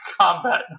combat